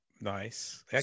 Nice